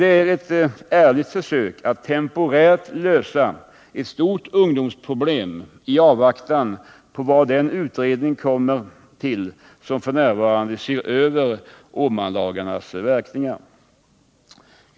Det är ett ärligt försök att temporärt lösa ett stort ungdomsproblem i avvaktan på vad den utredning kommer till som f. n. ser över Åmanlagarnas verkningar.